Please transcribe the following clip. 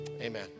Amen